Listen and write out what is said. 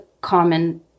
common